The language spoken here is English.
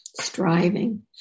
striving